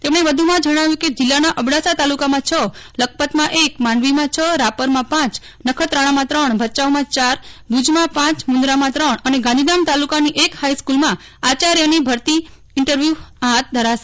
તેમને વ્ધુમાં જણાવ્યું હતું કેજીલ્લાના અબડાસા તાલુકામાં છ લખપતમાં એકમાંડવીમાં છરાપરમાં પાંચનખત્રાણામાં ત્રણભચાઉમાં ચારભુજમાં પાંચમુન્દ્રામાં ત્રણ અને ગાંધીધામ તાલુકાની એક હાઇસ્કુલમાં આચાર્યની ભરતી માટે ઈન્ટરવ્યુ લેવાશે